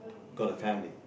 got a family